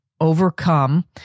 Overcome